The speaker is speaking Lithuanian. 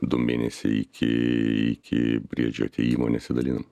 du mėnesiai iki iki briedžio atėjimo nesidalinam